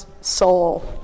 soul